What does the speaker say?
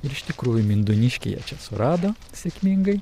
ir iš tikrųjų mindūniškėje čia surado sėkmingai